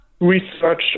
research